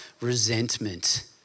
resentment